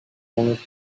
always